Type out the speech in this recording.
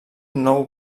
nou